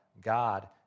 God